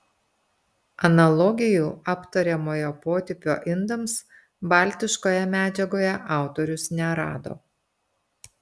analogijų aptariamojo potipio indams baltiškoje medžiagoje autorius nerado